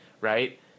right